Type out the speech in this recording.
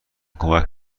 کمک